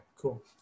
cool